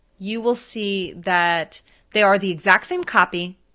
you will see that they are the exact same copy,